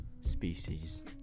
species